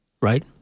right